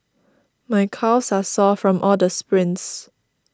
my calves are sore from all the sprints